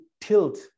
tilt